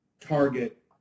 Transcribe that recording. target